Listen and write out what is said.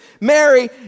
Mary